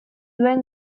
duen